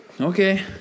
Okay